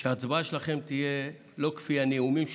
מקווה שההצבעה שלכם תהיה לא כפי הנאומים שלכם.